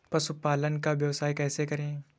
पशुपालन का व्यवसाय कैसे करें?